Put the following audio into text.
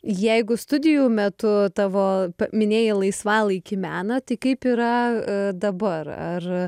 jeigu studijų metu tavo minėjai laisvalaikį meną tai kaip yra dabar ar